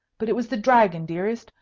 but it was the dragon, dearest.